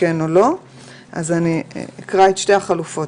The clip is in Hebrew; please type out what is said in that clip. אני אקרא את שתי החלופות.